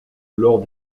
lors